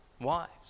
Wives